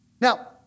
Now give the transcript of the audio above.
Now